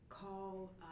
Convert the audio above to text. Call